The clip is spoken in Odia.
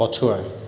ପଛୁଆ